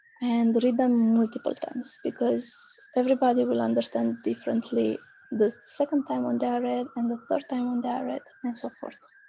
and read them multiple times. because everybody will understand differently the second time when they are read and the third time when they are read and so forth.